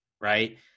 right